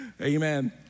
Amen